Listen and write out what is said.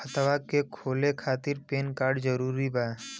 खतवा के खोले खातिर पेन कार्ड जरूरी बा?